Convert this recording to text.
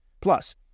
Plus